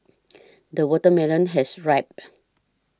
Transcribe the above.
the watermelon has ripened